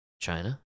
china